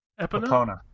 Epona